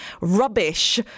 rubbish